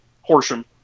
Horsham